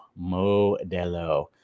Modelo